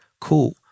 cool